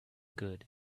good